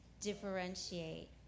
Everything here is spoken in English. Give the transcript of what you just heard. differentiate